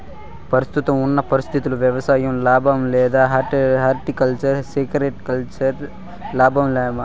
ప్రస్తుతం ఉన్న పరిస్థితుల్లో వ్యవసాయం లాభమా? లేదా హార్టికల్చర్, సెరికల్చర్ లాభమా?